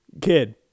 kid